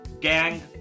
gang